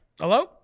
Hello